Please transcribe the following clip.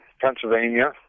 Pennsylvania